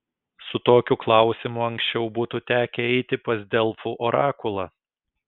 su tokiu klausimu anksčiau būtų tekę eiti pas delfų orakulą